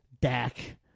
Dak